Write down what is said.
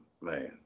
man